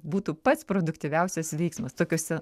būtų pats produktyviausias veiksmas tokiose